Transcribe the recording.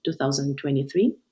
2023